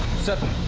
sir,